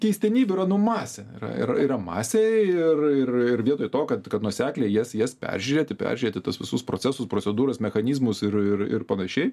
keistenybių yra nu masė yra ir yra masė ir ir ir vietoj to kad kad nuosekliai jas jas peržiūrėti peržiūrėti tuos visus procesus procedūras mechanizmus ir ir ir panašiai